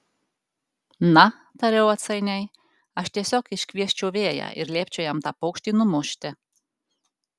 na tariau atsainiai aš tiesiog iškviesčiau vėją ir liepčiau jam tą paukštį numušti